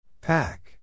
Pack